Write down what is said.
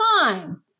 time